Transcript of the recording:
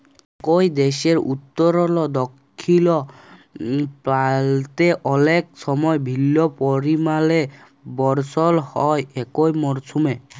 একই দ্যাশের উত্তরলে দখ্খিল পাল্তে অলেক সময় ভিল্ল্য পরিমালে বরসল হ্যয় একই মরসুমে